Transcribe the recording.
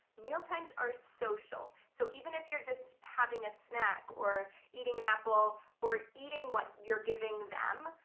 mealtimes are social, so even if you're just having a snack or eating an apple or eating what you're giving them,